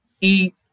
eat